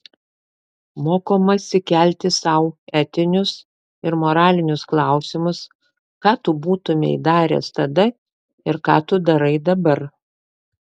mokomasi kelti sau etinius ir moralinius klausimus ką tu būtumei daręs tada ir ką tu darai dabar